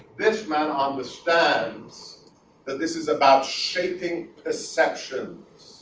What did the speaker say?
this man understands that this is about shaping perceptions,